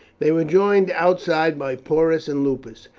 they were joined outside by porus and lupus.